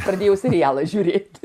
pradėjau serialą žiūrėti